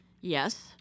Yes